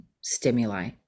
stimuli